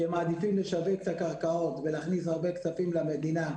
שהם מעדיפים לשווק את הקרקעות ולהכניס הרבה כספים למדינה,